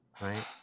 Right